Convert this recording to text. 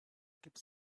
keeps